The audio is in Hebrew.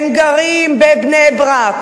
הם גרים בבני-ברק,